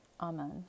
Amen